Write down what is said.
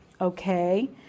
okay